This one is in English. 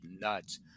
nuts